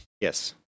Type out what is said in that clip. yes